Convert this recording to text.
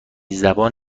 زبان